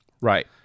Right